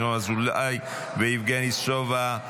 ינון אזולאי ויבגני סובה.